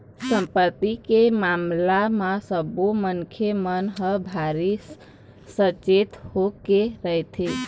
संपत्ति के मामला म सब्बो मनखे मन ह भारी सचेत होके रहिथे